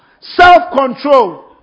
self-control